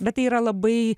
bet tai yra labai